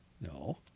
No